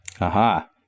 Aha